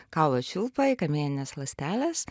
kaulų čiulpai į kamienines ląsteles